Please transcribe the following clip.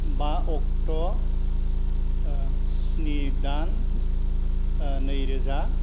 बा अक्ट' स्नि दान नैरोजा